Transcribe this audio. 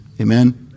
Amen